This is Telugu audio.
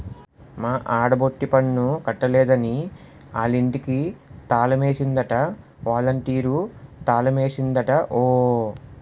మా ఆడబొట్టి పన్ను కట్టలేదని ఆలింటికి తాలమేసిందట ఒలంటీరు తాలమేసిందట ఓ